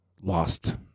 lost